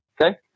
Okay